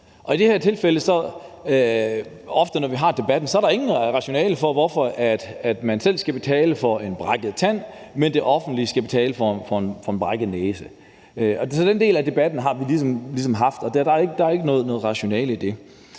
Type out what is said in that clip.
I det her tilfælde er det ofte sådan, når vi har debatten, at der intet rationale er, der kan forklare, hvorfor man selv skal betale for en knækket tand, mens det offentlige skal betale for en brækket næse. Så den del af debatten, har vi ligesom haft, og der er ikke noget rationale i den.